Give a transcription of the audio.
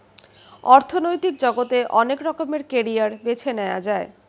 অর্থনৈতিক জগতে অনেক রকমের ক্যারিয়ার বেছে নেয়া যায়